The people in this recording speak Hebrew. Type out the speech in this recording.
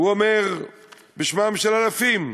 הוא אומר בשמם של אלפים,